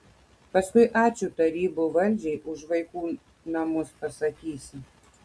paskui ačiū tarybų valdžiai už vaikų namus pasakysi